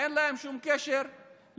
אין להם שום קשר למציאות.